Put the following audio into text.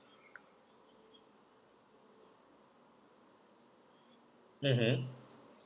mmhmm